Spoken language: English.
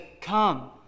come